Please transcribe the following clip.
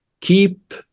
keep